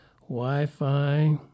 Wi-Fi